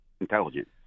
intelligent